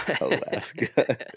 Alaska